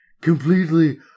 completely